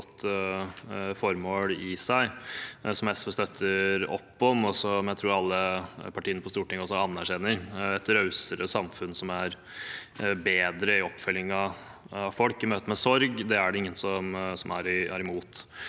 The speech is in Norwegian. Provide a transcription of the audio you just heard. og et godt formål i seg som SV støtter opp om, og som jeg tror alle partiene på Stortinget anerkjenner. Et rausere samfunn som er bedre i oppfølgingen av folk i møte med sorg, er det ingen som er imot.